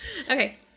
Okay